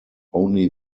only